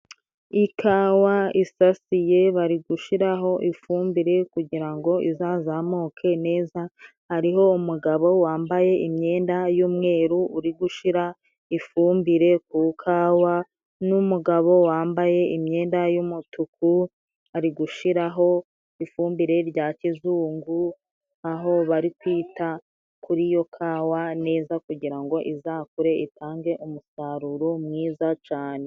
Ikawa isasiye bari gushiraho ifumbire kugira ngo izazamuke neza, hariho umugabo wambaye imyenda y'umweru uri gushira ifumbire ku kawa, n'umugabo wambaye imyenda y'umutuku ari gushiraho ifumbire rya kizungu, aho bari kwita kuri iyo kawa neza kugira ngo izakure itange umusaruro mwiza cane.